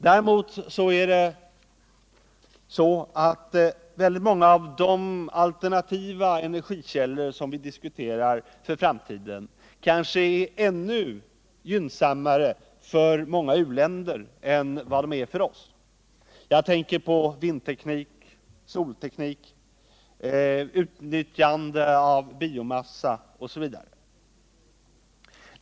Däremot är kanske många av de alternativa energikällor som vi diskuterar för framtiden ännu gynnsammare för många u-länder än de är för oss. Jag tänker på vindteknik, solteknik, utnyttjande av biomassa osv.